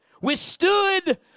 withstood